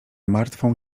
martwą